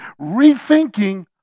rethinking